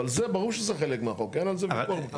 אבל זה ברור שזה חלק מהחוק, אין על זה ויכוח בכלל.